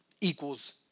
equals